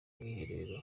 mwiherero